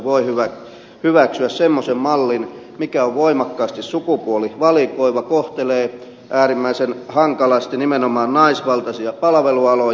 guzenina richardson voivat hyväksyä semmoisen mallin mikä on voimakkaasti sukupuolivalikoiva kohtelee äärimmäisen hankalasti nimenomaan naisvaltaisia palvelualoja